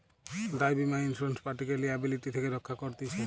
দায় বীমা ইন্সুরেড পার্টিকে লিয়াবিলিটি থেকে রক্ষা করতিছে